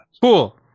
Cool